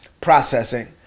processing